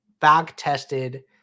back-tested